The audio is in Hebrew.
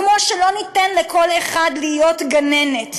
כמו שלא ניתן לכל אחד להיות גננת,